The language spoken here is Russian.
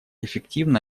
эффективно